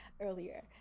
earlier